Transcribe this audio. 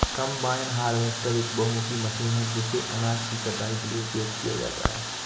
combine harvester एक बहुमुखी machine है जिसे अनाज की कटाई के लिए उपयोग किया जाता है